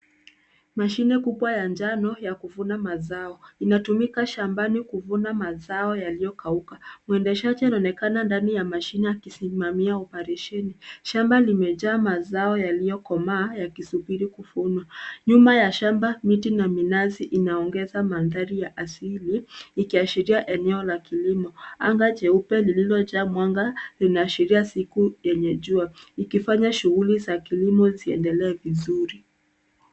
Mashine kubwa ya njano ya kuvuna mazao, inatumika shambani kuvuna mazao yaliyokauka. Mwendeshaji anaonekana ndani ya mashine akisimamaia oparesheni. Shamba limejaa mazao yaliyokomaa yakisubiri kuvunwa. Nyuma ya shamba, miti na minasi inaongeza mandhari ya asili ikiashiria eneo la kilimo. Anga jeupe lililojaa mwanga linaashiria siku yenye jua ikifanyaa shughuli za kilimo ziendelee vizuri.